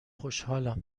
خوشحالم